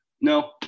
No